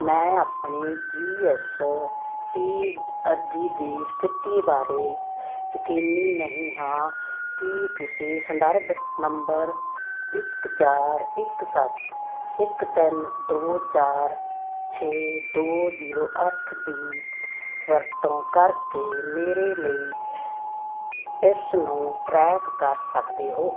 ਮੈਂ ਆਪਣੀ G S T ਅਰਜ਼ੀ ਦੀ ਸਥਿਤੀ ਬਾਰੇ ਯਕੀਨੀ ਨਹੀਂ ਹਾਂ ਕੀ ਤੁਸੀਂ ਸੰਦਰਭ ਨੰਬਰ ਇੱਕ ਚਾਰ ਇੱਕ ਸੱਤ ਇੱਕ ਤਿੰਨ ਦੋ ਚਾਰ ਛੇ ਦੋ ਜ਼ੀਰੋ ਅੱਠ ਦੀ ਵਰਤੋਂ ਕਰਕੇ ਮੇਰੇ ਲਈ ਇਸ ਨੂੰ ਟਰੈਕ ਕਰ ਸਕਦੇ ਹੋ